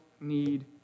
need